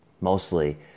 Mostly